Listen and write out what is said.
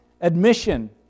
admission